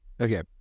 Okay